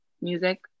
music